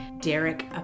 Derek